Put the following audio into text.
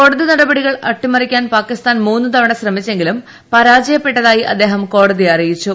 കോടതി നടപടികൾ അട്ടിമറിക്കാൻ പാകിസ്ഥാൻ മൂന്നു തവണ ശ്രമിച്ചെങ്കിലും പരാജയപ്പെട്ടതായി അദ്ദേഹം കോടതിയെ അറിയിച്ചു